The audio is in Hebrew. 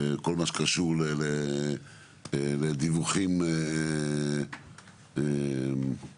כל מה שקשור לדיווחים בצורה הזאת.